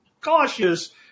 cautious